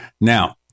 now